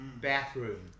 Bathroom